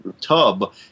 tub